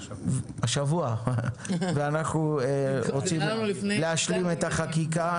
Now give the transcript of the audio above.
ואנחנו רוצים להשלים את החקיקה.